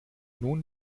nun